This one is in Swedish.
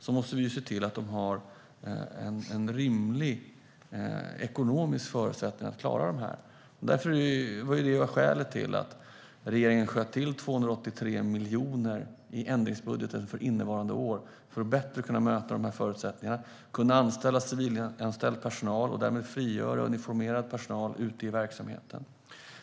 Vi måste däremot se till att de har en rimlig ekonomisk förutsättning att klara detta, och det var skälet till att regeringen sköt till 283 miljoner i ändringsbudgeten för innevarande år för att bättre kunna möta de här förutsättningarna, kunna anställa civil personal och därmed frigöra uniformerad personal ute i verksamheten.